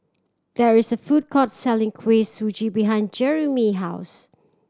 there is a food court selling Kuih Suji behind Jerimy house